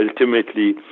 ultimately